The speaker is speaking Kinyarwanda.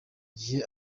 gihe